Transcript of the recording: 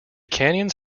canyons